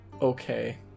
okay